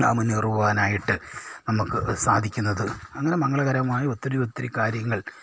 മുന്നേറുവാനായിട്ട് നമുക്ക് സാധിക്കുന്നത് അങ്ങനെ മംഗളകരമായ ഒത്തിരി ഒത്തിരി കാര്യങ്ങൾ